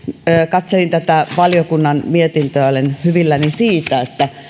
katselin tätä valiokunnan mietintöä ja olen hyvilläni siitä että